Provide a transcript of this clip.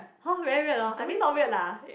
hor very weird hor I mean not weird lah